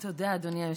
תודה, אדוני היושב-ראש.